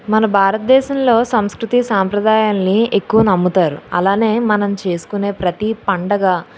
మన భారతదేశంలో సంస్కృతీ సాంప్రదాయాలని ఎక్కువ నమ్ముతారు అలానే మనం చేసుకునే ప్రతీ పండగా